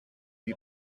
lui